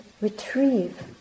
retrieve